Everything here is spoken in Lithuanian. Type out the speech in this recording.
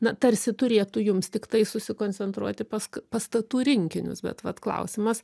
na tarsi turėtų jums tiktai susikoncentruoti pas pastatų rinkinius bet vat klausimas